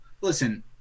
Listen